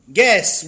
guess